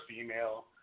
female